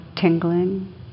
tingling